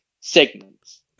segments